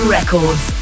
Records